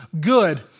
good